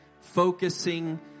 focusing